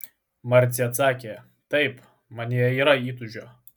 marcė atsakė taip manyje yra įtūžio